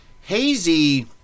Hazy